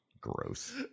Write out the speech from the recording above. Gross